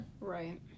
Right